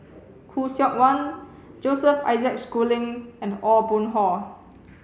khoo Seok Wan Joseph Isaac Schooling and Aw Boon Haw